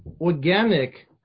organic